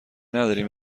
ندارین